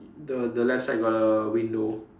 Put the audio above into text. the the left side got a window